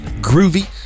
Groovy